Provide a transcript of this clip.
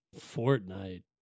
Fortnite